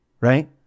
right